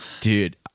Dude